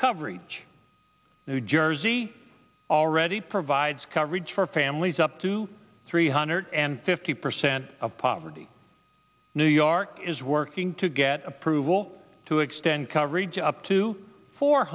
coverage new jersey already provides coverage for families up to three hundred fifty percent of poverty new york is working to get approval to extend coverage up to four